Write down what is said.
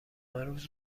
روز